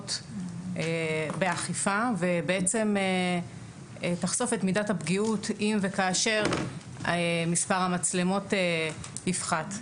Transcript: מגמות באכיפה ובעצם תחשוף את מידת הפגיעות אם וכאשר מספר המצלמות יפחת.